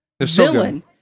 villain